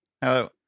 hello